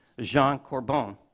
jean corbon,